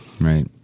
right